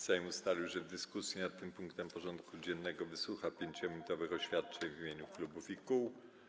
Sejm ustalił, że w dyskusji nad tym punktem porządku dziennego wysłucha 5-minutowych oświadczeń w imieniu klubów i kół.